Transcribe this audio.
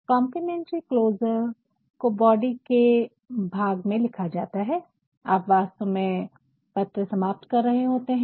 complimentary closure को body के भाग में लिखा जाता है आप वास्तव में पत्र समाप्त कर रहे होते है